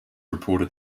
reported